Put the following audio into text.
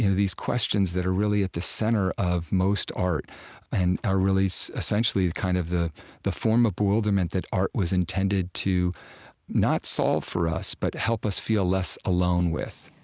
and these questions that are really at the center of most art and are really, essentially, kind of the the form of bewilderment that art was intended to not solve for us but help us feel less alone with